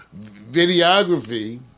videography